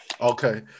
Okay